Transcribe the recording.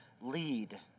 lead